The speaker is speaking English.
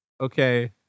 Okay